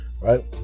Right